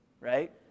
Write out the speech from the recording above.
right